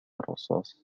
الرصاص